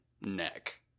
neck